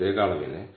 2 ന് പകരം 2